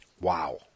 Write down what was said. Wow